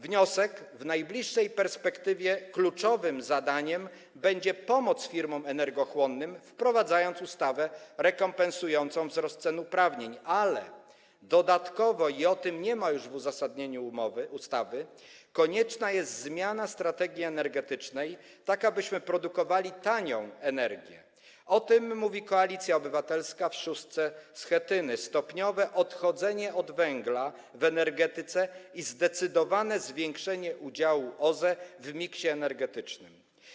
Wniosek: w najbliższej perspektywie kluczowym zadaniem będzie pomoc firmom energochłonnym poprzez wprowadzenie ustawy rekompensującej wzrost cen uprawnień, ale dodatkowo - i o tym już nie mówi się w uzasadnieniu ustawy - konieczna jest zmiana strategii energetycznej w taki sposób, abyśmy produkowali tanią energię, o czym mówi Koalicja Obywatelska w szóstce Schetyny, i stopniowo odchodzili od węgla w energetyce oraz zdecydowanie zwiększyli udział OZE w miksie energetycznym.